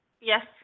yes